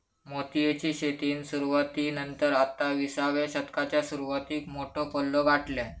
मोतीयेची शेतीन सुरवाती नंतर आता विसाव्या शतकाच्या सुरवातीक मोठो पल्लो गाठल्यान